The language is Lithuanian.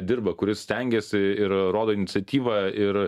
dirba kuris stengiasi ir rodo iniciatyvą ir